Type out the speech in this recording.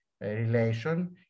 relation